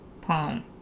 palm